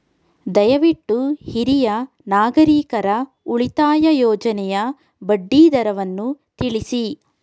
ದಯವಿಟ್ಟು ಹಿರಿಯ ನಾಗರಿಕರ ಉಳಿತಾಯ ಯೋಜನೆಯ ಬಡ್ಡಿ ದರವನ್ನು ತಿಳಿಸಿ